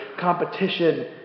competition